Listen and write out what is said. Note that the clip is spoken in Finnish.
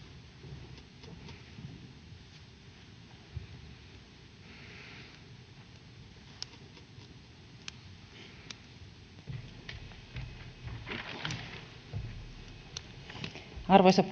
arvoisa